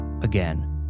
Again